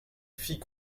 fit